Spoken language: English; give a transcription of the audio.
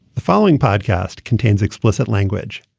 the following podcast contains explicit language.